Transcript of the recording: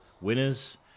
Winners